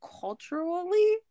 culturally